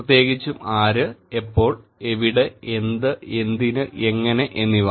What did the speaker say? പ്രത്യേകിച്ചും ആര് എപ്പോൾ എവിടെ എന്ത് എന്തിന് എങ്ങനെ എന്നിവ